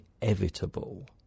inevitable